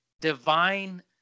divine